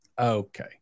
Okay